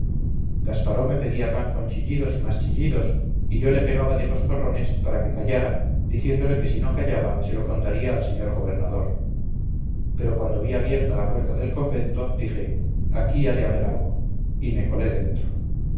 gasparó me pedía pan con chillidos y más chillidos y yo le pegaba de coscorrones para que callara diciéndole que si no callaba se lo contaría al señor gobernador pero cuando vi abierta la puerta del convento dije aquí ha de haber algo y me colé dentro